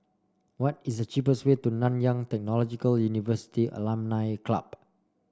what is the cheapest way to Nanyang Technological University Alumni Club